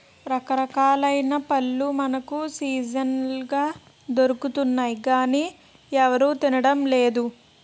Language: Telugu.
రకరకాలైన పళ్ళు మనకు సీజనల్ గా దొరుకుతాయి గానీ ఎవరూ తినడం లేదు